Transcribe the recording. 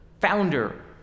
founder